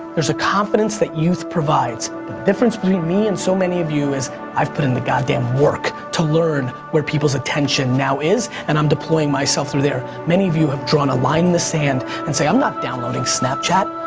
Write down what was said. there's a confidence that youth provides. the difference between me and so many of you is i've put in the god damn work to learn where people's attention now is and i'm deploying myself through there. many of you have drawn a line in the sand and say i'm not downloading snapchat.